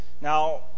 Now